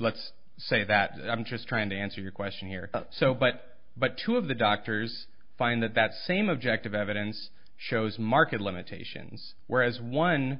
let's say that i'm just trying to answer your question here so but but two of the doctors find that that same objective evidence shows market limitations whereas one